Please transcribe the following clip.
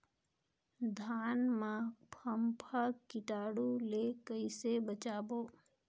धान मां फम्फा कीटाणु ले कइसे बचाबो?